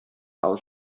aus